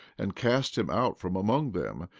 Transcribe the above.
and cast him out from among them,